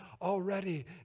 already